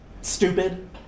stupid